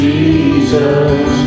Jesus